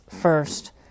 first